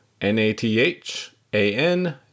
N-A-T-H-A-N